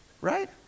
right